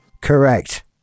Correct